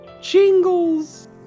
Jingles